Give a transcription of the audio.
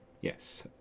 Yes